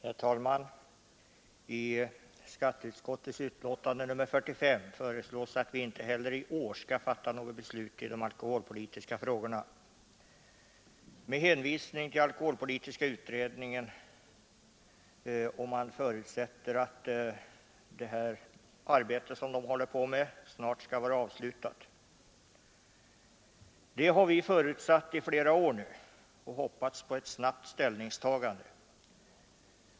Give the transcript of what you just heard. Herr talman! I skatteutskottets förevarande betänkande nr 45 föreslås med hänvisning till alkoholpolitiska utredningen att vi inte heller i år skall fatta beslut i de alkoholpolitiska frågorna, och man förutsätter att det arbete som utredningen håller på med snart skall vara avslutat. Ja, det har vi förutsatt i flera år. Vi har hoppats på ett snabbt ställningstagande.